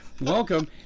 welcome